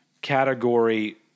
category